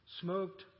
smoked